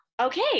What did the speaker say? Okay